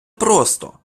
просто